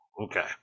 Okay